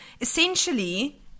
essentially